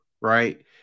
right